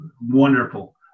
wonderful